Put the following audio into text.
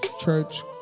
church